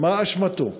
מה אשמתו?